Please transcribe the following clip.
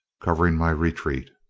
covering my retreat.